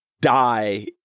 die